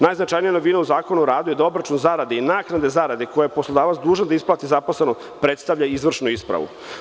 Najznačajnija novina u Zakonu o radu je da obračun zarade i naknade zarade koju je poslodavac dužan da isplati zaposlenom predstavlja izvršnu ispravu.